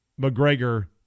McGregor